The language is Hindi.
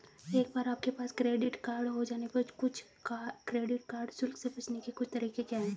एक बार आपके पास क्रेडिट कार्ड हो जाने पर कुछ क्रेडिट कार्ड शुल्क से बचने के कुछ तरीके क्या हैं?